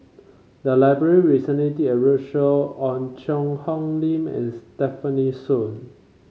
the library recently did a roadshow on Cheang Hong Lim and Stefanie Sun